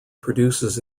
produces